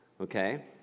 okay